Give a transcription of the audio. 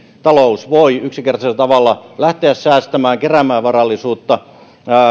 talous voi yksinkertaisella tavalla lähteä säästämään keräämään varallisuutta